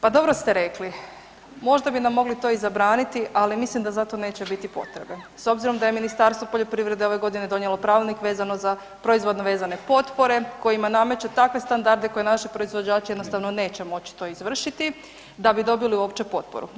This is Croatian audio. Pa dobro ste rekli, možda bi nam mogli to i zabraniti ali mislim da zato neće biti potrebe s obzirom da je Ministarstvo poljoprivrede ove godine donijelo pravilnik vezano za proizvodno vezane potpore kojima nameće takve standarde koje naši proizvođači jednostavno neće moć to izvršiti da bi dobili uopće potporu.